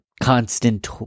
constant